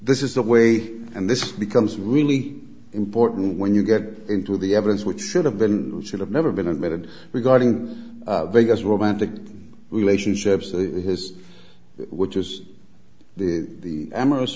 this is the way and this becomes really important when you get into the evidence which should have been should have never been admitted regarding vegas romantic relationships or his which is the amorous